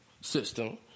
system